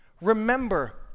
Remember